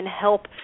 help